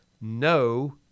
no